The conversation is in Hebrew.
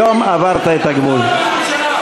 אתה ביזית את הכנסת, אתה והממשלה.